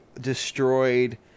destroyed